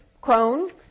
crone